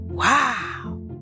Wow